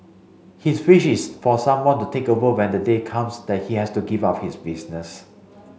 his wish is for someone to take over when the day comes that he has to give up his business